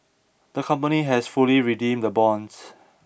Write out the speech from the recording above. the company has fully redeemed the bonds